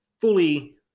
fully